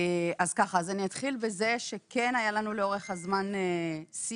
אני אתחיל בזה שאומר שכן היה לנו לאורך הזמן שיח